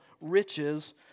riches